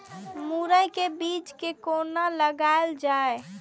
मुरे के बीज कै कोना लगायल जाय?